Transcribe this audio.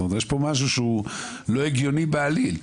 זאת אומרת יש פה משהו שהוא לא הגיוני בעליל.